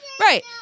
Right